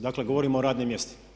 Dakle, govorim o radnim mjestima.